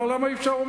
אמר: למה אי-אפשר?